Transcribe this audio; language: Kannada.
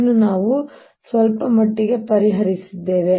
ಇದನ್ನು ನಾವು ಸ್ವಲ್ಪಮಟ್ಟಿಗೆ ಪರಿಹರಿಸಿದ್ದೇವೆ